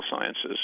sciences